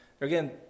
again